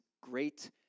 great